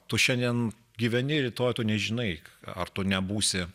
tu šiandien gyveni rytoj tu nežinai ar tu nebūsi